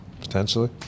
Potentially